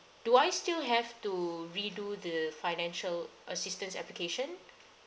do I still have to redo the financial assistance application